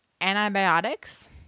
Antibiotics